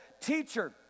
teacher